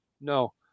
no